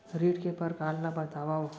ऋण के परकार ल बतावव?